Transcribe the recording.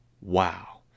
Wow